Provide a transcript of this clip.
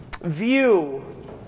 view